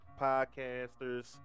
podcasters